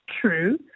true